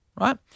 Right